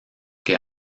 que